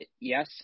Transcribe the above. yes